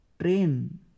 train